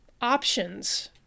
options